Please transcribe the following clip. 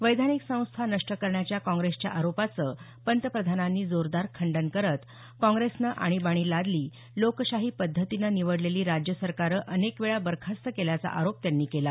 वैधानिक संस्था नष्ट करण्याच्या काँग्रेसच्या आरोपाचं पंतप्रधानांनी जोरदार खंडन करत काँग्रेसनं आणीबाणी लादली लोकशाही पद्धतीनं निवडलेली राज्य सरकारं अनेकवेळा बरखास्त केल्याचा आरोप त्यांनी केला